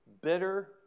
bitter